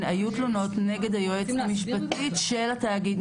היו תלונות נגד היועצת המשפטית של התאגיד.